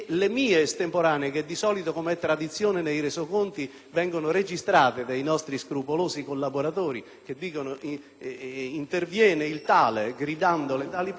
«Interviene il tale, gridando le tali parole») io chiedo che siano sbobinate dalla registrazione le mie testuali parole e siano inserite nel Resoconto stenografico.